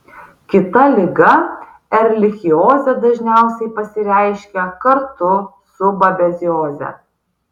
kita liga erlichiozė dažniausiai pasireiškia kartu su babezioze